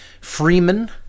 Freeman